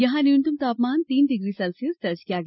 यहां न्यूनतम तापमान तीन डिग्री सेल्सियस दर्ज किया गया